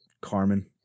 Carmen